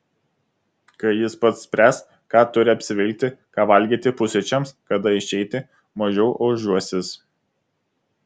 kai jis pats spręs ką turi apsivilkti ką valgyti pusryčiams kada išeiti mažiau ožiuosis